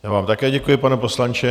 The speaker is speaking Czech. Já vám také děkuji, pane poslanče.